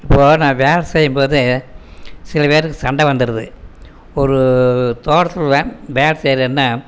இப்போ நான் வேலை செய்யும் போது சில பேருக்கு சண்டை வந்துருது ஒரு தோட்டத்தில் நான் வேலை செய்கிறேன்னா